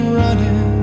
running